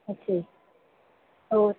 ਅੱਛਾ ਜੀ ਹੋਰ